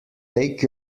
take